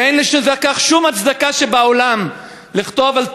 ואין לכך שום הצדקה שבעולם לכתוב על תינוק,